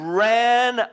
ran